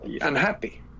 unhappy